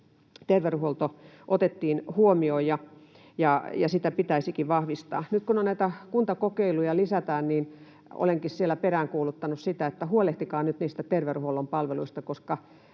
terveydenhuolto otettiin huomioon, ja sitä pitäisikin vahvistaa. Nyt kun näitä kuntakokeiluja lisätään, niin olenkin siellä peräänkuuluttanut sitä, että huolehtikaa nyt niistä terveydenhuollon palveluista, koska